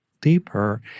deeper